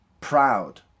proud